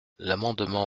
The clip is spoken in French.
l’amendement